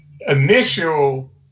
initial